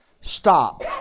stop